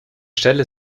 stelle